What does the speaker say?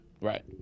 Right